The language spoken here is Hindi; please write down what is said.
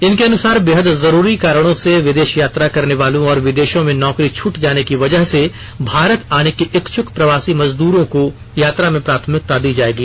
इनके अनुसार बेहद जरूरी कारणों से विदेश यात्रा करने वालों और विदेशों में नौकरी छूट जाने की वजह से भारत आने के इच्छुक प्रवासी मजदूरों को यात्रा में प्राथमिकता दी जाएगी